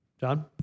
John